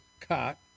caught